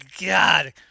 god